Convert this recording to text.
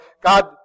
God